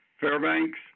Fairbanks